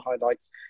highlights